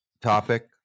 topic